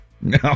No